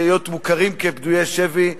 להיות מוכרים כפדויי שבי,